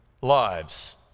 lives